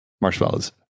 marshmallows